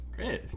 Great